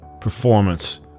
performance